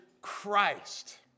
Christ